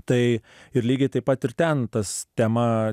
tai ir lygiai taip pat ir ten tas tema